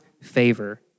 favor